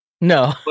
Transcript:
No